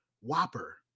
Whopper